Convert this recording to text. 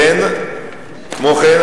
כמו כן,